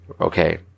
Okay